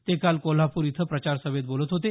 ते काल कोल्हापूर इथं प्रचारसभेत बोलत होते